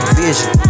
vision